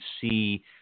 see